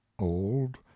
old